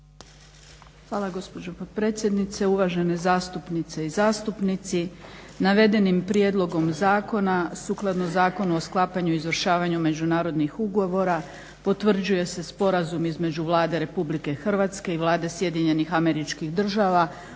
Hvala gospođo potpredsjednice. Uvažene zastupnice i zastupnici. Navedenim prijedlogom zakona sukladno Zakonu o sklapanju i izvršavanju međunarodnih ugovora potvrđuje se sporazuma između Vlade Republike Hrvatske i Vlade Sjedinjenih Američkih Država